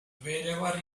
wherever